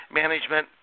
management